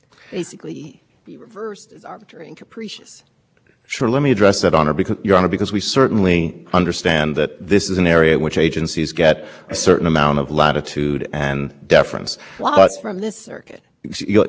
pollution concentrations in downtown areas would go up now that should have been a whole the press is moment when the agency says that is so unusual but from the agency's perspective they had an explanation for that because the